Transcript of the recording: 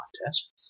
contest